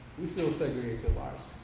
we still segregate their lives